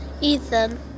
Ethan